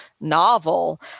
novel